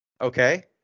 Okay